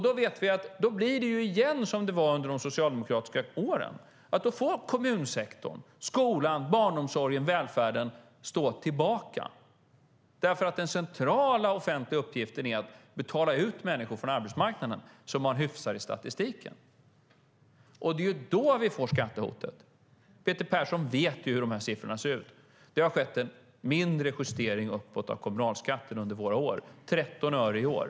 Då vet vi att det återigen blir som det var under de socialdemokratiska åren; kommunsektorn med skolan, barnomsorgen och välfärden får stå tillbaka eftersom den centrala offentliga uppgiften är att betala ut människor från arbetsmarknaden så att man hyfsar till statistiken. Det är då vi får skattehotet. Peter Persson vet hur de här siffrorna ser ut. Det har skett en mindre justering uppåt av kommunalskatten under våra år, 13 öre i år.